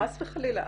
חס חלילה.